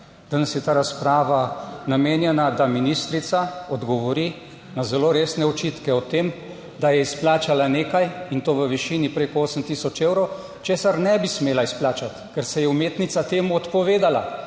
Danes je ta razprava namenjena, da ministrica odgovori na zelo resne očitke o tem, da je izplačala nekaj in to v višini preko 8 tisoč evrov, česar ne bi smela izplačati, ker se je umetnica temu odpovedala